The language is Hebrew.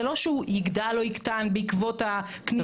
זה לא שהוא יגדל או יקטן בעקבות הכניסה